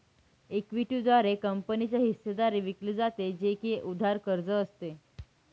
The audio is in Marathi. इक्विटी द्वारे कंपनीची हिस्सेदारी विकली जाते, जे की उधार कर्ज असते